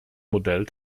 model